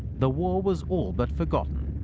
the war was all but forgotten.